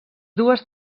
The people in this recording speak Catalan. dues